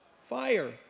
fire